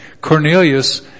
Cornelius